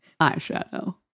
Eyeshadow